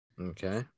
Okay